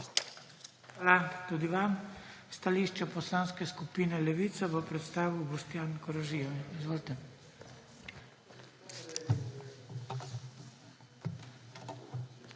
Hvala tudi vam. Stališča Poslanske skupine Levica bo predstavil Boštjan Koražija. Izvolite.